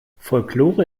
folklore